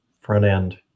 front-end